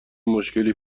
مشکلی